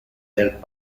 del